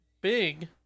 big